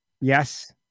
yes